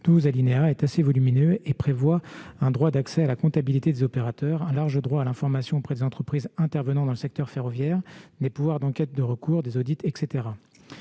de douze alinéas et prévoit un droit d'accès à la comptabilité des opérateurs, un large droit à l'information auprès des entreprises intervenant dans le secteur ferroviaire, des pouvoirs d'enquête, le recours à des audits, etc.